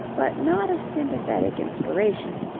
but not a sympathetic inspiration.